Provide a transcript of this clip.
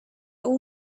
all